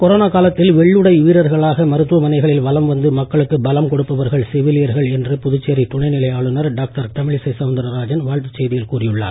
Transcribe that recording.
corona காலத்தில் வெள்ளுடை வீரர்களாக மருத்துவ மனைகளில் வலம் வந்து மக்களுக்கு பலம் கொடுப்பவர்கள் செவிலியர்கள் என்று புதுச்சேரி துணைநிலை ஆளுநர் டாக்டர் தமிழிசை சவுந்தரராஜன் வாழ்த்துச் செய்தியில் கூறி உள்ளார்